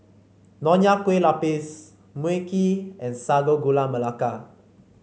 Nonya Kueh Lapis Mui Kee and Sago Gula Melaka